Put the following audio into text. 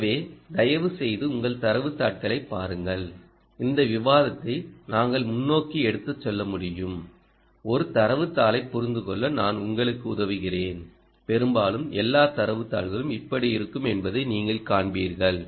எனவே தயவுசெய்து உங்கள் தரவுத் தாள்களைப் பாருங்கள் இந்த விவாதத்தை நாங்கள் முன்னோக்கி எடுத்துச் செல்ல முடியும் ஒரு தரவுத் தாளைப் புரிந்துகொள்ள நான் உங்களுக்கு உதவுகிறேன் பெரும்பாலும் எல்லா தரவுத் தாள்களும் இப்படி இருக்கும் என்பதை நீங்கள் காண்பீர்கள்